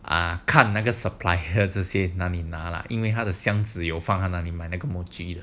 啊看那个 supplier 这些那里拿啦因为他的箱子有放在哪里买那个 mochi